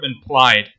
implied